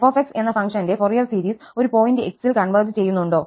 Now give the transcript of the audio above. f എന്ന ഫംഗ്ഷന്റെ Fourier series ഒരു പോയിന്റ് x ൽ കൺവെർജ് ചെയ്യുന്നുണ്ടോ